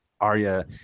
Arya